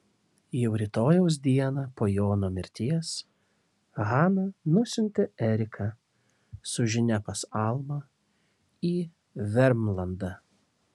jau rytojaus dieną po jono mirties hana nusiuntė eriką su žinia pas almą į vermlandą